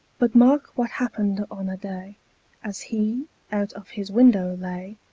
but marke what hapned on a day as he out of his window lay,